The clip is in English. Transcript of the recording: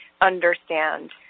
understand